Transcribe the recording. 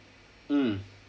mm